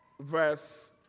verse